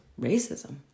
racism